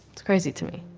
it's crazy to me.